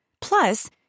Plus